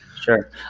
sure